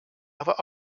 other